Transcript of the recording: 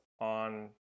on